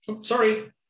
sorry